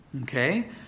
okay